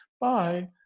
Bye